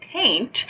paint